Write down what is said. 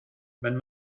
wenn